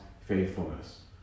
faithfulness